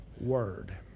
word